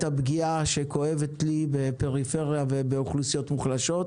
הפגיעה שכואבת לי בפריפריה ובאוכלוסיות מוחלשות.